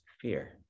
fear